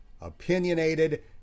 opinionated